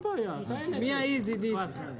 דבר,